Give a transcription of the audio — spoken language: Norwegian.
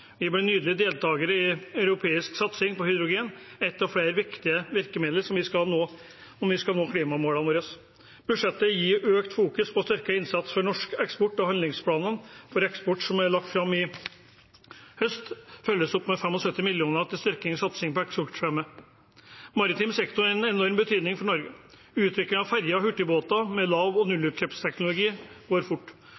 Vi ble nylig deltakere i en europeisk satsing på hydrogen, et av flere viktige virkemiddel om vi skal nå klimamålene våre. Budsjettet gir økt fokus på og styrket innsats for norsk eksport, og handlingsplanene for eksport som er lagt fram i høst, følges opp med 75 mill. kr til styrking av og satsing på eksportfremme. Maritim sektor er av enorm betydning for Norge. Utvikling av ferjer og hurtigbåter med lav- og